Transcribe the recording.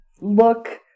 look